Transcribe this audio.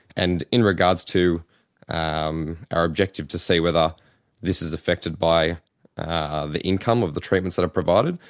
and in regards to ah um our objective to see whether this is affected by ah the income of the treatments that are provided,